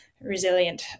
resilient